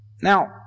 Now